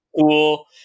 cool